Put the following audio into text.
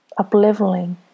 Upleveling